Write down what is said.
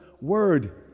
word